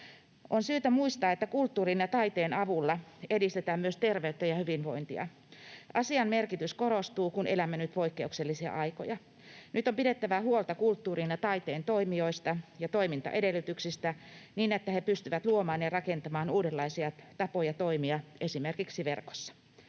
On syytä muistaa, että kulttuurin ja taiteen avulla edistetään myös terveyttä ja hyvinvointia. Asian merkitys korostuu, kun elämme nyt poikkeuksellisia aikoja. Nyt on pidettävä huolta kulttuurin ja taiteen toimijoista ja toimintaedellytyksistä, niin että he pystyvät luomaan ja rakentamaan uudenlaisia tapoja toimia esimerkiksi verkossa.